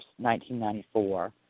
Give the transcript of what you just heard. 1994